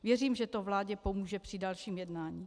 Věřím, že to vládě pomůže při dalším jednání.